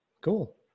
Cool